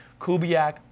Kubiak